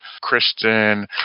Kristen